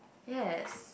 yes